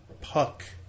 puck